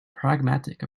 pragmatic